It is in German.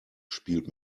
spielt